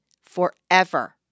forever